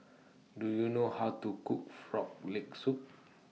Do YOU know How to Cook Frog Leg Soup